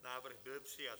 Návrh byl přijat.